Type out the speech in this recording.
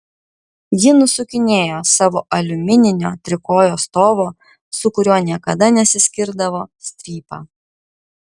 ji nusukinėjo savo aliumininio trikojo stovo su kuriuo niekada nesiskirdavo strypą